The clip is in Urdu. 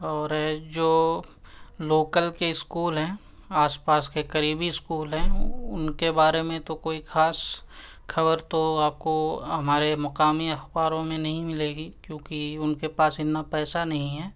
اور جو لوکل کے اسکول ہیں آس پاس کے قریبی اسکول ہیں ان کے بارے میں تو کوئی خاص خبر تو آپ کو ہمارے مقامی اخباروں میں نہیں ملے گی کیونکہ ان کے پاس اتنا پیسہ نہیں ہے